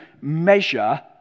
measure